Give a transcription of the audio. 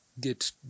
get